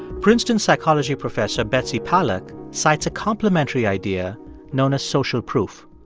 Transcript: princeton psychology professor betsy paluck cites a complimentary idea known as social proof.